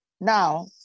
now